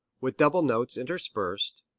with double notes interspersed,